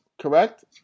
correct